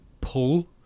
pull